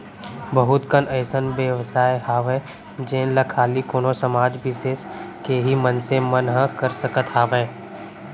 बहुत कन अइसन बेवसाय हावय जेन ला खाली कोनो समाज बिसेस के ही मनसे मन ह कर सकत हावय